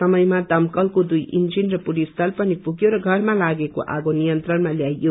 समयमा दमकलको दुई इन्जीन र पुलिस दल पनि पुग्यो र घरमा लागेको आगो नियन्त्रणमा ल्यायो